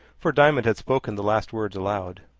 for diamond had spoken the last words aloud.